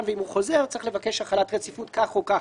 ואז יש לבקש החלת רציפות כך או כך.